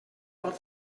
pot